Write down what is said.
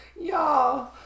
y'all